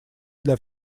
для